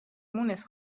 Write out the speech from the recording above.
مونس